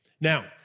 Now